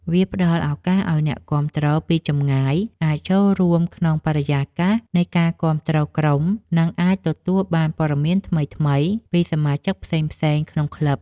វាផ្តល់ឱកាសឱ្យអ្នកគាំទ្រពីចម្ងាយអាចចូលរួមក្នុងបរិយាកាសនៃការគាំទ្រក្រុម និងអាចទទួលបានព័ត៌មានថ្មីៗពីសមាជិកផ្សេងៗក្នុងក្លឹប។